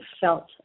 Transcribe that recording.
felt